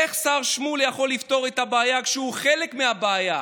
איך השר שמולי יכול לפתור את הבעיה כשהוא חלק מהבעיה,